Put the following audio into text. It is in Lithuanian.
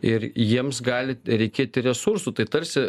ir jiems gali reikėti resursų tai tarsi